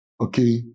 Okay